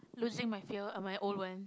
losing my fear ah my old one